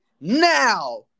now